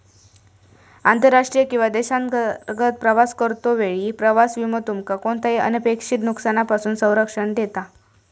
आंतरराष्ट्रीय किंवा देशांतर्गत प्रवास करतो वेळी प्रवास विमो तुमका कोणताही अनपेक्षित नुकसानापासून संरक्षण देता